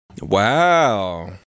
Wow